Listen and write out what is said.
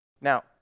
Now